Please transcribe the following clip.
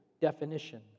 definition